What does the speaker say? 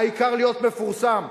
העיקר להיות מפורסם,